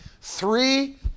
Three